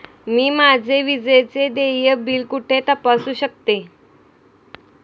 मी माझे विजेचे देय बिल कुठे तपासू शकते?